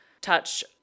touch